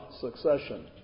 succession